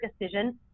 decision